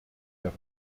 der